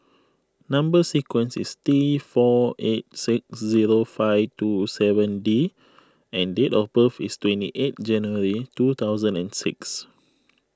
Number Sequence is T four eight six zero five two seven D and date of birth is twenty eight January two thousand and six